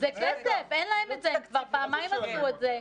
זה כסף, אין להם את זה, הם כבר פעמיים עשו את זה.